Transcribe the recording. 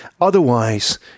Otherwise